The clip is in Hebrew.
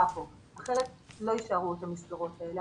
כאן כי אחרת לא יישארו המסגרות האלה.